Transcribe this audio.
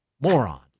moron